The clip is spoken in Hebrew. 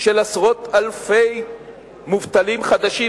של עשרות אלפי מובטלים חדשים,